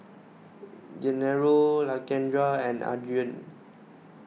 Gennaro Lakendra and Adrain